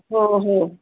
हो हो